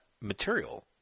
material